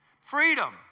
Freedom